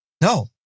No